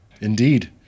Indeed